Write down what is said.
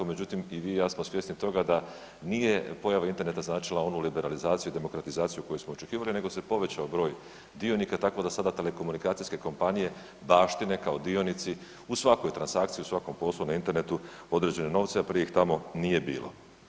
Međutim i vi i ja smo svjesni toga da nije pojava interneta značila onu liberalizaciju, demokratizaciju koju smo očekivali, nego se povećao broj dionika tako da sada telekomunikacijske kompanije baštine kao dionici u svakoj transakciji, u svakom poslu na internetu određene novce a prije ih tamo nije bilo.